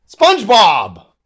SpongeBob